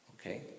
Okay